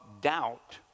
doubt